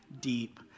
deep